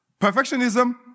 Perfectionism